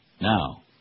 Now